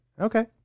Okay